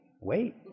wait